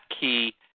key